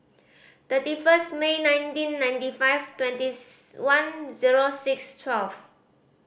thirty first May nineteen ninety five twenty one zero six twelve